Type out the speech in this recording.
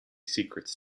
secrets